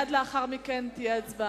הגיע הזמן שיעשו סדר